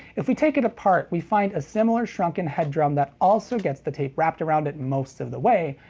if we take it apart, we find a similar shrunken head drum that also gets the tape wrapped around it most of the way.